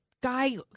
guy